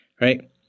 Right